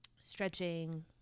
stretching